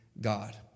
God